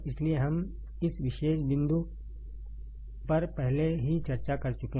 इसलिए हम इस विशेष बिंदु पर पहले ही चर्चा कर चुके हैं